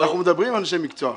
אנחנו מדברים על אנשי מקצוע.